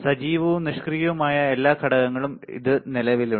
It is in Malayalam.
സജീവവും നിഷ്ക്രിയവുമായ എല്ലാ ഘടകങ്ങളിലും ഇത് നിലവിലുണ്ട്